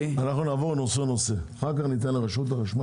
אנחנו נעבור נושא-נושא, ואחר כך ניתן לרשות החשמל.